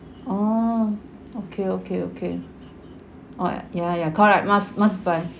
oh okay okay okay oh ya ya ya correct must must buy